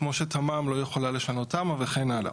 כמו שתמ"מ לא יכולה לשנות תמ"א וכן הלאה.